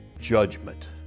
judgment